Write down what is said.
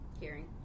Hearing